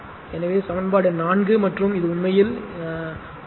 எனவே இது சமன்பாடு 4 மற்றும் இது உண்மையில் ஆர்